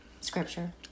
Scripture